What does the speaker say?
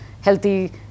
healthy